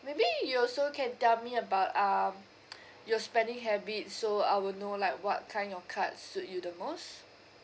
maybe you also can tell me about um your spending habits so I will know like what kind of card suit you the most